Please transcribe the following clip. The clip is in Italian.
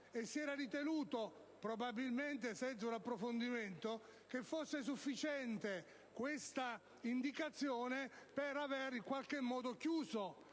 che si era ritenuto, probabilmente senza un approfondimento, che fosse sufficiente questa indicazione per avere, in qualche modo, chiuso